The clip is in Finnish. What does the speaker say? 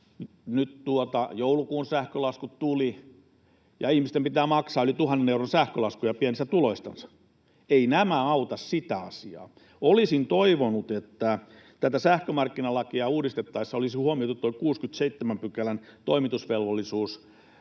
joulukuun sähkölaskut tulivat ja ihmisten pitää maksaa yli tuhannen euron sähkölaskuja pienistä tuloistansa. Eivät nämä auta sitä asiaa. Olisin toivonut, että tätä sähkömarkkinalakia uudistettaessa olisi huomioitu tuo 67 §:n toimitusvelvollisuussähkö,